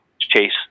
chase